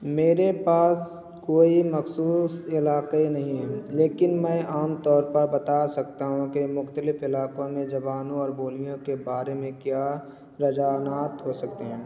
میرے پاس کوئی مخصوص علاقے نہیں ہے لیکن میں عام طور پر بتا سکتا ہوں کہ مختلف علاقوں میں زبان اور بولیوں کے بارے میں کیا رجحانات ہو سکتے ہیں